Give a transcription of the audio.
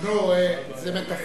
טוב, נו, זה מטאפורה.